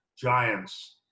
giants